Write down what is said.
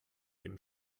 dem